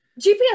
GPS